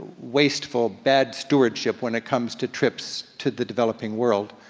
wasteful, bad stewardship when it comes to trips to the developing world.